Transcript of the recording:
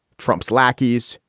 trump's lackeys,